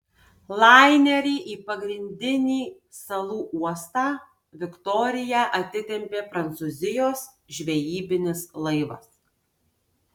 lainerį į pagrindinį salų uostą viktoriją atitempė prancūzijos žvejybinis laivas